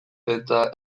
eta